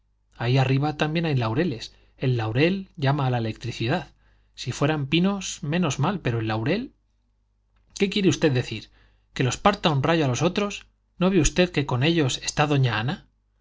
ahí arriba también hay laureles el laurel llama la electricidad si fueran pinos menos mal pero el laurel qué quiere usted decir que los parta un rayo a los otros no ve usted que con ellos está doña ana